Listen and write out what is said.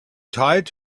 tied